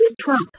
Trump